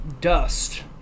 dust